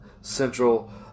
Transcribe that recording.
central